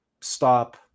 Stop